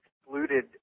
excluded